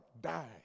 die